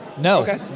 no